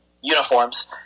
uniforms